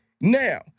Now